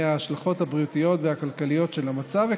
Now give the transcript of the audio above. ההשלכות הבריאותיות והכלכליות של המצב,